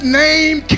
name